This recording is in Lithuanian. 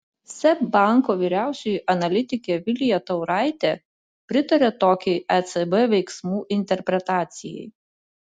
seb banko vyriausioji analitikė vilija tauraitė pritaria tokiai ecb veiksmų interpretacijai